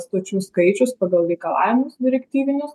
stočių skaičius pagal reikalavimus direktyvinius